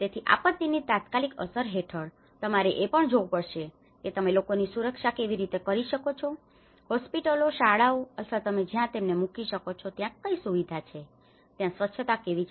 તેથી આપત્તિની તાત્કાલિક અસર હેઠળ તમારે એ પણ જોવું પડશે કે તમે લોકોની સુરક્ષા કેવી રીતે કરી શકો છો હોસ્પિટલો શાળાઓ અથવા તમે જ્યાં તેમને મૂકી શકો છો ત્યાં કઈ સુવિધાઓ છે ત્યાં સ્વચ્છતા કેવીક છે